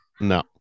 no